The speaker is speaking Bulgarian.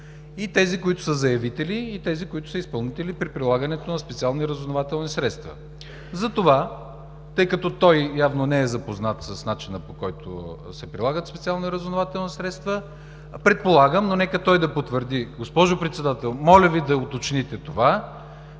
и тези, които са заявители, и тези, които са изпълнители при прилагането на специални разузнавателни средства. Затова, тъй като той явно не е запознат с начина, по който се прилагат специални разузнавателни средства, предполагам, но нека той да потвърди, госпожо Председател, моля Ви да уточните това,